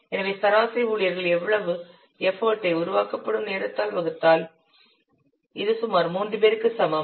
எனவே சராசரி ஊழியர்கள் எவ்வளவு எஃபர்ட் ஐ உருவாக்கப்படும் நேரத்தால் வகுத்தால் இது சுமார் 3 பேருக்கு சமம்